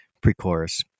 pre-chorus